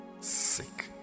sick